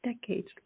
decades